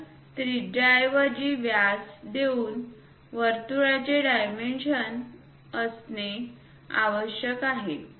तर त्रिज्याऐवजी व्यास देऊन वर्तुळाचे डायमेन्शन असणे आवश्यक आहे